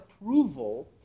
approval